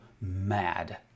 mad